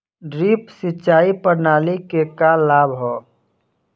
Drip सिंचाई प्रणाली के का लाभ ह?